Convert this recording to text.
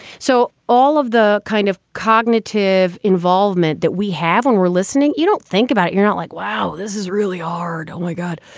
so all of the kind of cognitive involvement that we have when we're listening. you don't think about you're not like, wow, this is really hard. oh, my god.